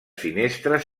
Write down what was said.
finestres